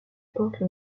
porte